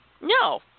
No